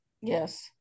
Yes